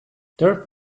dirt